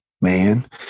man